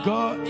God